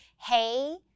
hey